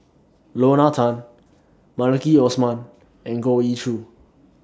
Lorna Tan Maliki Osman and Goh Ee Choo